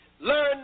Learn